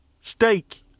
Steak